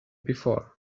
before